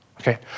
Okay